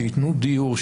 שייתנו דיור,